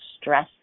stress